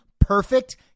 perfect